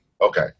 Okay